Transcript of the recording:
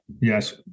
yes